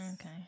Okay